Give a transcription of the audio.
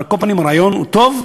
אבל על כל פנים הרעיון הוא טוב.